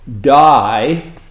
die